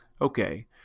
Okay